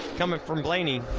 coming from planeny.